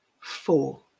Four